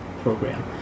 program